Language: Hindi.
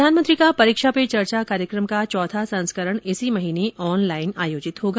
प्रधानमंत्री का परीक्षा पे चर्चा कार्यक्रम का चौथा संस्करण इसी महीने ऑनलाइन आयोजित होगा